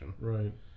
Right